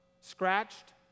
scratched